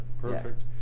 perfect